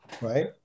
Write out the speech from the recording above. right